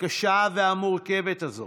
הקשה והמורכבת הזאת